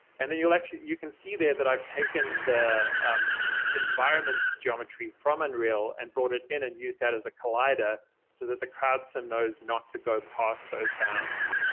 and then you'll actually you can see there that i've taken the environment's geometry from unreal and brought it in and used that as a collider so that the crowd sim knows not to go past those bounds.